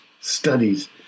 studies